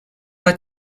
pas